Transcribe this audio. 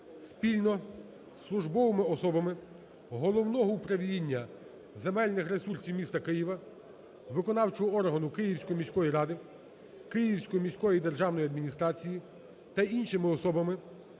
спільно з службовими особами Головного управління земельних ресурсів міста Києва, виконавчого органу Київської міської ради, Київської міської державної адміністрації та іншими особами